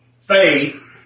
faith